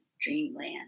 Dreamland